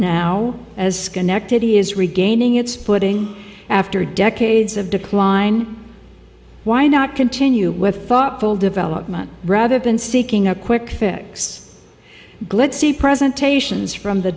now as schenectady is regaining its footing after decades of decline why not continue with thoughtful development rather than seeking a quick fix glitzy presentations from the